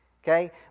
Okay